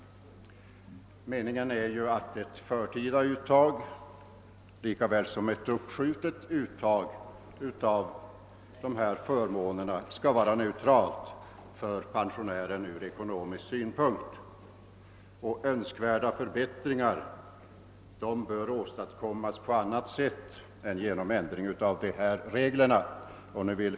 Meningen är att ett förtida uttag lika väl som ett uppskjutet uttag av dessa förmåner skall vara egalt för pensionären från ekonomisk synpunkt. Önskvärda förbättringar bör åstadkommas på annat sätt än genom en ändring av dessa regler.